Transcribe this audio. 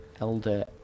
Elder